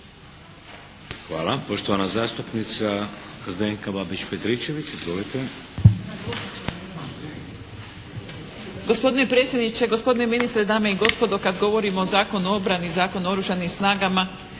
Hvala. Poštovana zastupnica Zdenka Babić Petričević. Izvolite.